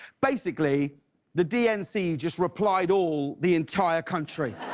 basically the dnc just replied all the entire country.